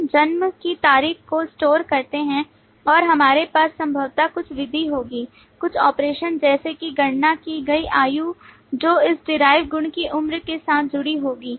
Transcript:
हम जन्म की तारीख को स्टोर करते हैं और हमारे पास संभवतः कुछ विधि होगी कुछ ऑपरेशन जैसे कि गणना की गई आयु जो इस derived गुणकी उम्र के साथ जुड़ी होगी